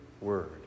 word